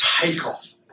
takeoff